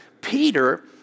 Peter